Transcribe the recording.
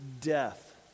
death